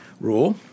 rule